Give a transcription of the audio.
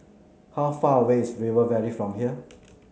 how far away is River Valley from here